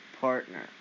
partner